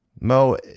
Mo